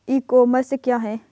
ई commerce क्या है?